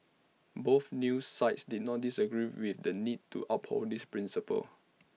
both news sites did not disagree with the need to uphold this principle